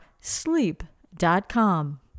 sleep.com